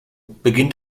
beginnt